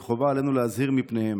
שחובה עלינו להזהיר מפניהן.